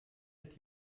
mit